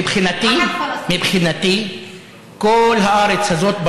מבחינתי כל הארץ הזאת,